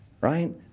right